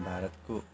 भारतको